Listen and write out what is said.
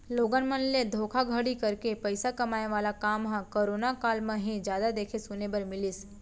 लोगन मन ले धोखाघड़ी करके पइसा कमाए वाला काम ह करोना काल म ही जादा देखे सुने बर मिलिस